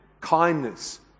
kindness